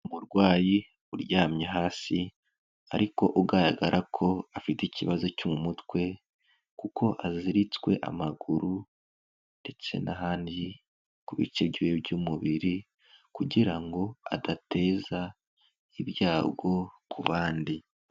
Umurwayi uryamye hasi ariko ugaragara ko afite ikibazo cyo mu mutwe kuko aziritswe amaguru ndetse n'ahandi ku bice by'umubiri kugira ngo adateza ibyago ku bandi.